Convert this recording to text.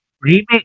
Remake